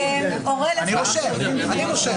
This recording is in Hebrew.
אני פותח את הישיבה.